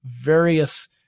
various